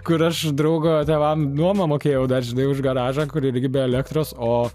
kur aš draugo tėvam nuomą mokėjau dar žinai už garažą kur irgi be elektros o